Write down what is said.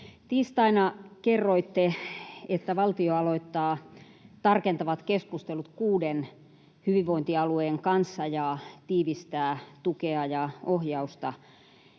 Tiistaina kerroitte, että valtio aloittaa tarkentavat keskustelut kuuden hyvinvointialueen kanssa ja tiivistää tukea ja ohjausta